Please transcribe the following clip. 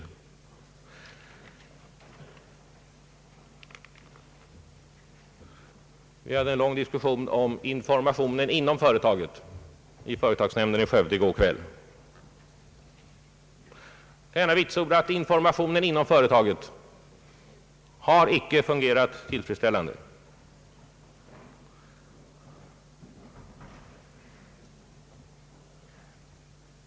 I går kväll hade vi i företagsnämnden i Skövde en lång diskussion om informationen inom företaget. Jag kan gärna vitsorda att informationen inom företaget icke har fungerat tillfredsställande.